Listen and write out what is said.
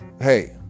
hey